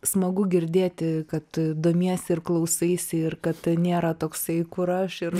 smagu girdėti kad domiesi ir klausaisi ir kad nėra toksai kur aš ir